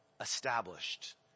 established